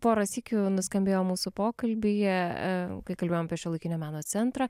porą sykių nuskambėjo mūsų pokalbyje kai kalbėjom apie šiuolaikinio meno centrą